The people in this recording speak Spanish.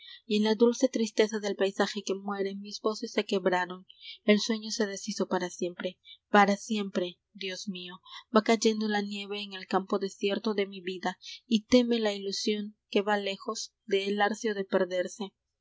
en la dulce tristeza del paisaje que muere mis voces se quebraron el sueño se deshizo para siempre para siempre dios mío va cayendo la nieve en el campo desierto de mi vida y teme la ilusión que va lejos de helarse o de perderse